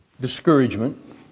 Discouragement